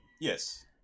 Yes